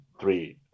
Three